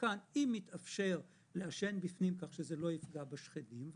אם יתאפשר לעשן בפנים כך שזה לא יפגע בשכנים,